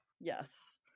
Yes